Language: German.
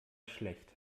schlecht